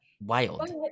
Wild